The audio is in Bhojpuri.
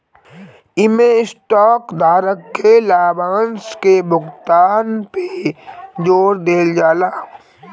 इमें स्टॉक धारक के लाभांश के भुगतान पे जोर देहल जाला